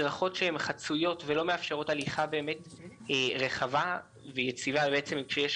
מדרכות חצויות שלא מאפשרות הליכה רחבה ויציבה כשיש